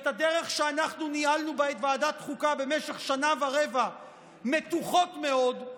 והדרך שאנחנו ניהלנו בה את ועדת חוקה במשך שנה ורבע מתוחות מאוד,